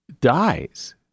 dies